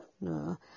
no